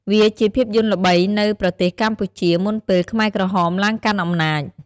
វាជាភាពយន្តល្បីនៅ ប្រទេសកម្ពុជា មុនពេល ខ្មែរក្រហម ឡើងកាន់អំណាច។